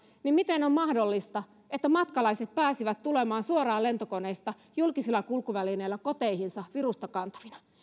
niin miten on mahdollista että matkalaiset pääsivät tulemaan suoraan lentokoneesta julkisilla kulkuvälineillä koteihinsa virusta kantavina